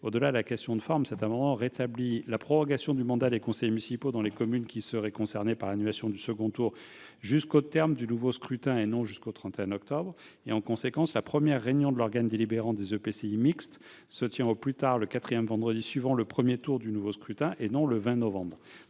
Au-delà de cette question de forme, l'amendement vise à rétablir la prorogation du mandat des conseillers municipaux dans les communes qui seraient concernées par l'annulation du second tour jusqu'au terme du nouveau scrutin, et non jusqu'au 31 octobre. En conséquence, la première réunion de l'organe délibérant des EPCI mixtes se tiendrait au plus tard le quatrième vendredi suivant le premier tour du nouveau scrutin, et non le 20 novembre.